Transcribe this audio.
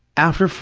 after,